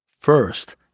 FIRST